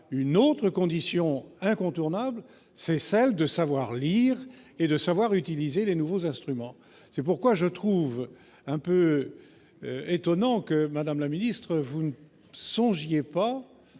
une autre condition est incontournable : celle de savoir lire et de savoir utiliser les nouveaux instruments. C'est pourquoi je trouve un peu étonnant que vous ne songiez pas,